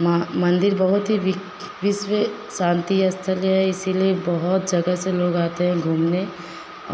माँ मंदिर बहुत ही बिख विश्व शांति स्थल्य है इसीलिए बहुत जगह से लोग आते हैं घूमने